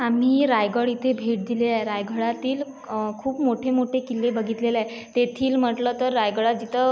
आम्ही रायगड इथे भेट दिली आहे रायगडातील खूप मोठे मोठे किल्ले बघितलेले आहे तेथील म्हटलं तर रायगडात जिथं